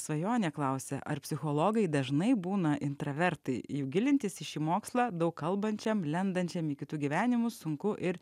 svajonė klausia ar psichologai dažnai būna intravertai juk gilintis į šį mokslą daug kalbančiam lendančiam į kitų gyvenimus sunku ir